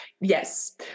Yes